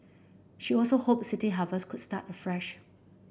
she also hoped City Harvest could start afresh